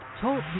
Talk